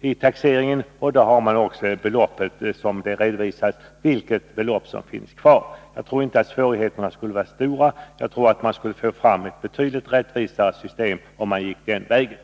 vid taxeringen, och på grundval av det belopp som redovisats för bilens värde kan man fastställa värdet efter avskrivning. Jag tror inte att det skulle bli några svårigheter, utan man skulle få ett betydligt rättvisare system om man gick den vägen.